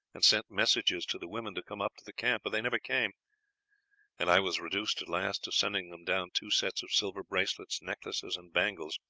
and sent messages to the women to come up to the camp, but they never came and i was reduced at last to sending them down two sets of silver bracelets, necklaces, and bangles,